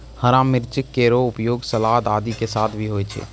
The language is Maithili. हरा मिर्च केरो उपयोग सलाद आदि के साथ भी होय छै